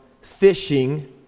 fishing